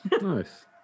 Nice